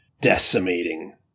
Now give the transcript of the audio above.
decimating